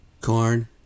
corn